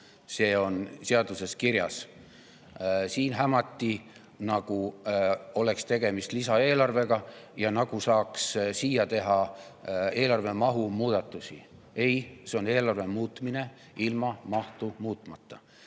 See on seaduses kirjas. Siin hämati, nagu oleks tegemist lisaeelarvega ja nagu saaks siin teha eelarve mahu muudatusi. Ei, see on eelarve muutmine ilma mahtu muutmata. Läbiv